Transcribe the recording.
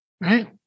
right